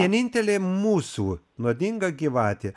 vienintelė mūsų nuodinga gyvatė